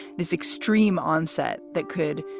this extreme onset that could